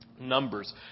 Numbers